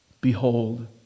behold